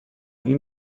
این